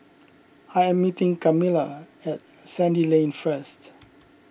I am meeting Kamilah at Sandy Lane first